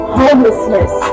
homelessness